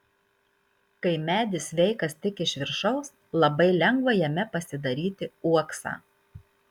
kai medis sveikas tik iš viršaus labai lengva jame pasidaryti uoksą